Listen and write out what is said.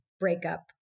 breakup